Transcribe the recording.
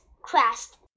crest